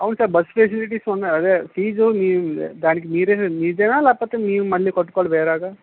అవును sir bus facilities ఉన్నాయా అదే ఫీజు దానికి మీరేనా మీదేనా లేకపోతే మేము మళ్ళీ కట్టుకోవాలా వేరేగా